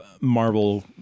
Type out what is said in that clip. Marvel